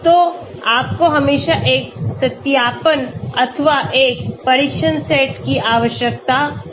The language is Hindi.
तो आपको हमेशा एक सत्यापन अथवा एक परीक्षण सेट की आवश्यकता होती है